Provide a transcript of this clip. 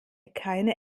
keine